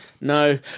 no